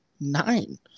Nine